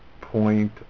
point